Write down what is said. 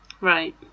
Right